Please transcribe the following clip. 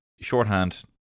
shorthand